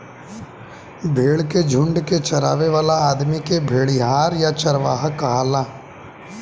भेड़ के झुंड के चरावे वाला आदमी के भेड़िहार या चरवाहा कहाला